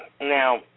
Now